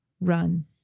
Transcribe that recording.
run